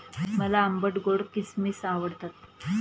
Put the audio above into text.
मला आंबट गोड किसमिस आवडतात